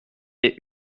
quai